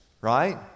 right